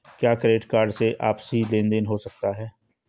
क्या credit card से आपसी लेनदेन हो सकता है?